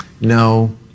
No